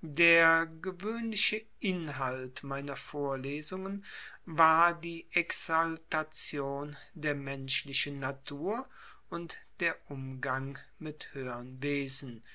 der gewöhnliche inhalt meiner vorlesungen war die exaltation der menschlichen natur und der umgang mit höhern wesen